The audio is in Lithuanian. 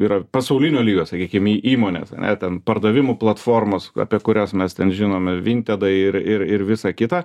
yra pasaulinio lygio sakykim į įmonės ane ten pardavimų platformos apie kurias mes ten žinome vintedai ir ir ir visa kita